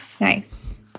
Nice